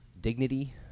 dignity